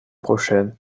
prochaine